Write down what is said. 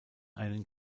einen